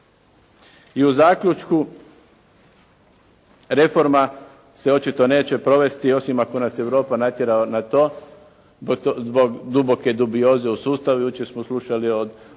I u zaključku reforma se očito neće provesti, osim ako nas Europa natjera na to, zbog duboke dubioze u sustavu. Jučer smo slušali o